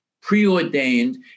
preordained